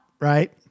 Right